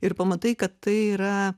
ir pamatai kad tai yra